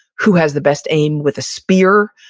who has the best aim with a spear,